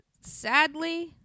Sadly